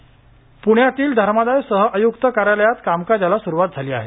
पृण्यातील धर्मादाय सहआयुक्त कार्यालयात कामकाजाला सुरुवात झाली आहे